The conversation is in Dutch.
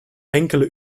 enkele